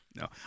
No